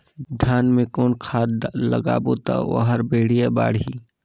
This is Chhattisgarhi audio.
धान मा कौन खाद लगाबो ता ओहार बेडिया बाणही?